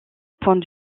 point